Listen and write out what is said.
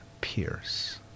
Pierce